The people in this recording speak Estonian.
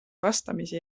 vastamisi